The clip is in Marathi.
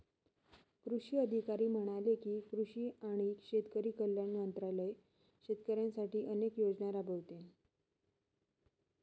कृषी अधिकारी म्हणाले की, कृषी आणि शेतकरी कल्याण मंत्रालय शेतकऱ्यांसाठी अनेक योजना राबवते